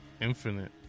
infinite